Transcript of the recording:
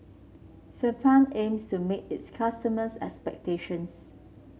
sebamed aims to meet its customers' expectations